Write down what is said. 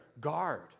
guard